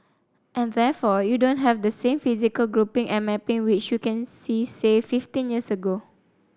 and therefore you don't have the same physical grouping and mapping which you can see say fifteen years ago